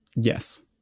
Yes